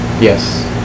yes